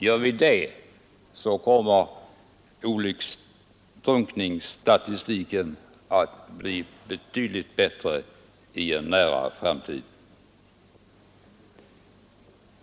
Gör vi det kommer drunkningsstatistiken att ändras betydligt i en nära framtid.